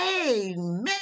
Amen